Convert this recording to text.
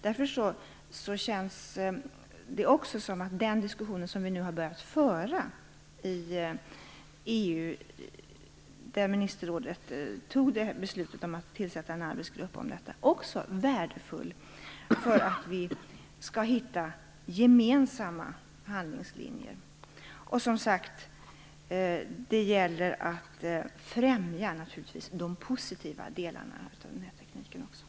Därför känns den diskussion som vi nu har börjat föra i EU, där ministerrådet fattade beslut om att tillsätta en arbetsgrupp, också värdefull för att hitta gemensamma handlingslinjer. Det gäller som sagt också att främja de positiva delarna av den här tekniken.